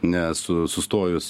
nes su sustojus